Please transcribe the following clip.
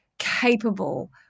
capable